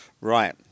Right